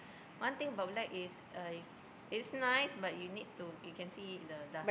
one thing about black is uh it's nice but you need to you can see the dust